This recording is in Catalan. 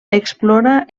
explora